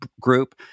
group